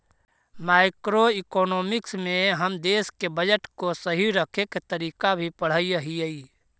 macroeconomics में हम देश के बजट को सही रखे के तरीके भी पढ़अ हियई